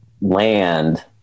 Land